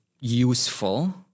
useful